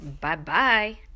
Bye-bye